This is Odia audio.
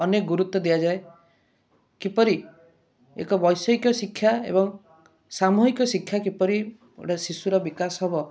ଅନେକ ଗୁରୁତ୍ୱ ଦିଅଯାଏ କିପରି ଏକ ବୈଷୟିକ ଶିକ୍ଷା ଏବଂ ସାମୂହିକ ଶିକ୍ଷା କିପରି ଗୋଟେ ଶିଶୁର ବିକାଶ ହବ